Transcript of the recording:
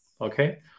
Okay